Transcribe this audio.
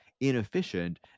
inefficient